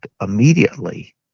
immediately